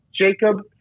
Jacob